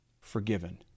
forgiven